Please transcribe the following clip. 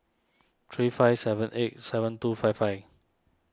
three five seven eight seven two five five